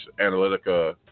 Analytica